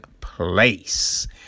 place